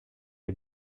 est